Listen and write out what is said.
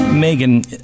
Megan